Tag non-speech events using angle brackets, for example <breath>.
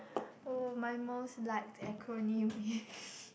oh my most liked acronym is <breath>